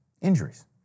injuries